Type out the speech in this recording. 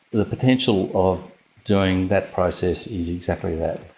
the potential of doing that process is exactly that.